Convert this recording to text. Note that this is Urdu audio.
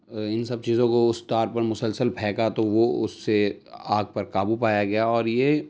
ان سب چیزوں کو اس تار پر مسلسل پھینکا تو وہ اس سے آگ پر قابو پایا گیا اور یہ